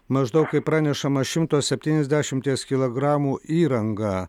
maždaug kaip pranešama šimto septyniasdešimties kilogramų įrangą